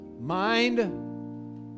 mind